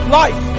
life